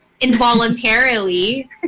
involuntarily